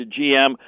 gm